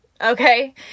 Okay